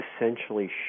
essentially